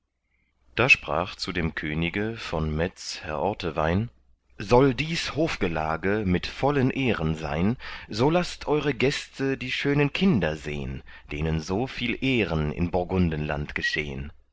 da sprach zu dem könige von metz herr ortewein soll dies hofgelage mit vollen ehren sein so laßt eure gäste die schönen kinder sehn denen so viel ehren in burgundenland geschehn